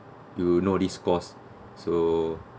you know this cost so